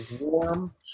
warm